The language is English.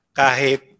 kahit